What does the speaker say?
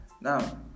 Now